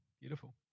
Beautiful